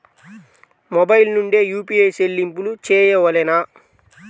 Mobile నుండే UPI చెల్లింపులు చేయవలెనా?